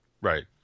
right